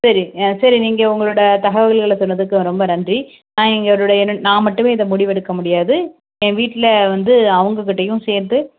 சரி சரி நீங்கள் உங்களோட தகவல்களை சொன்னதுக்கு ரொம்ப நன்றி நான் எங்களுடைய நான் மட்டுமே இதை முடிவெடுக்க முடியாது என் வீட்டில் வந்து அவங்க கிட்டயும் சேர்த்து